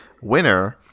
winner